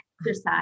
exercise